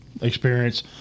experience